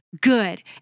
good